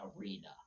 arena